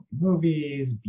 movies